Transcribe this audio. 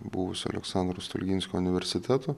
buvusiu aleksandro stulginskio universitetu